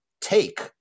take